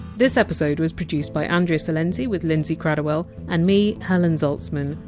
this episode was produced by andrea silenzi, with lindsay kratochwill, and me, helen zaltzman.